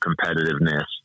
competitiveness